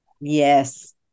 Yes